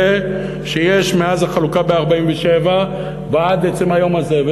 שיש מאז החלוקה ב-1947 ועד עצם היום הזה.